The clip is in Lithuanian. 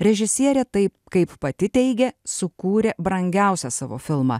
režisierė taip kaip pati teigia sukūrė brangiausią savo filmą